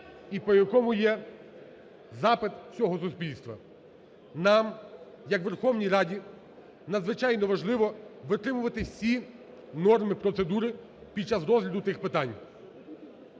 і по якому є запит всього суспільства. Нам як Верховній Раді надзвичайно важливо витримувати всі норми і процедури під час розгляду тих питань.